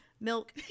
milk